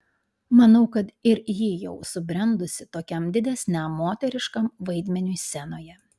manau kad ir ji jau subrendusi tokiam didesniam moteriškam vaidmeniui scenoje